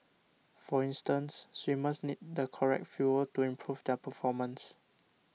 for instance swimmers need the correct fuel to improve their performance